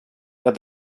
that